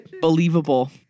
believable